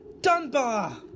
Dunbar